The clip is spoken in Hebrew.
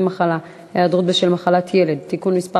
מחלה (היעדרות בשל מחלת ילד) (תיקון מס'